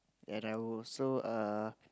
and I will also err